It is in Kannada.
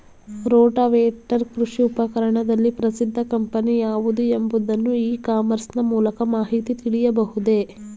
ರೋಟಾವೇಟರ್ ಕೃಷಿ ಉಪಕರಣದಲ್ಲಿ ಪ್ರಸಿದ್ದ ಕಂಪನಿ ಯಾವುದು ಎಂಬುದನ್ನು ಇ ಕಾಮರ್ಸ್ ನ ಮೂಲಕ ಮಾಹಿತಿ ತಿಳಿಯಬಹುದೇ?